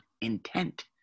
intent